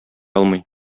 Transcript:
алмый